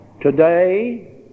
Today